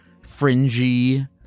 fringy